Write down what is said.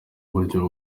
uburyo